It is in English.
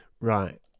Right